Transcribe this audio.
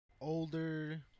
older